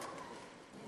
אל